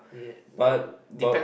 but but